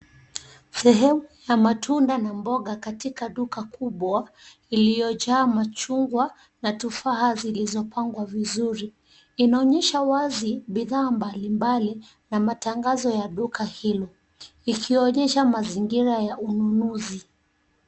Sehemu ya matunda na mboga katika duka kubwa, iliyojaa machungwa na tufaa zilizopangwa vizuri. Inaonyesha wazi bidhaa mbali mbali, na matangazo ya duka hilo, ikionyesha mazingira ya ununuzi.